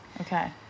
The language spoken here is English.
Okay